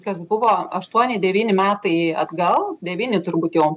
kas buvo aštuoni devyni metai atgal devyni turbūt jau